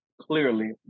clearly